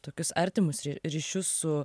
tokius artimus ryšius su